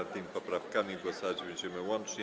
Nad tymi poprawkami głosować będziemy łącznie.